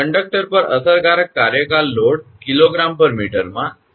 conductor પર અસરકારક કાર્યકાર લોડ 𝐾𝑔 𝑚 માં ઇ